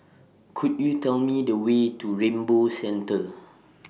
Could YOU Tell Me The Way to Rainbow Centre